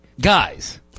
guys